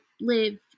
live